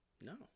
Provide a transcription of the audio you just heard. no